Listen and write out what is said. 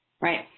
right